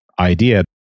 idea